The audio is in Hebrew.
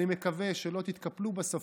אני מקווה שלא תתקפלו בסוף,